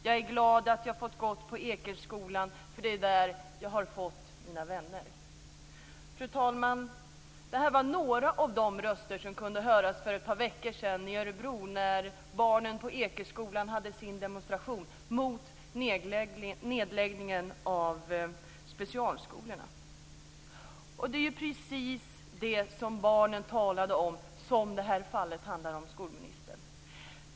Jag är glad att jag har fått gå på Ekeskolan, för det är där som jag har fått mina vänner. Fru talman! Det här var några av de röster som kunde höras för ett par veckor sedan i Örebro när barnen på Ekeskolan hade sin demonstration mot nedläggningen av specialskolorna. Det är precis det som barnen talade om som det här fallet handlar om, skolministern.